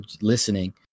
listening